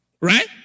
right